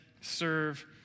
serve